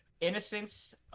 Innocence